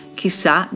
chissà